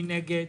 מי נגד?